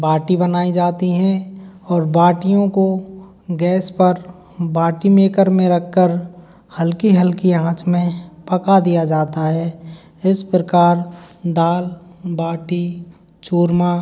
बाटी बनाई जाती हैं और बाटियों को गैस पर बाटी मेकर में रखकर हल्की हल्की आँच में पका दिया जाता है इस प्रकार दाल बाटी चूरमा